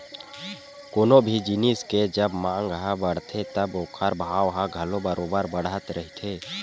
कोनो भी जिनिस के जब मांग ह बड़थे तब ओखर भाव ह घलो बरोबर बड़त रहिथे